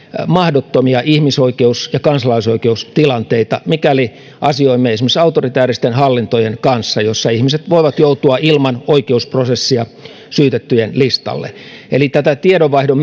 mahdottomia ihmisoikeus ja kansalaisoikeustilanteita mikäli asioimme esimerkiksi autoritääristen hallintojen kanssa joissa ihmiset voivat joutua ilman oikeusprosessia syytettyjen listalle eli tähän tiedonvaihdon